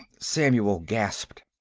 samuel gasped.